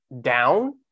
down